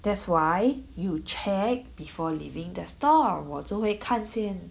that's why you check before leaving their store 我就会看先